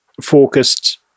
focused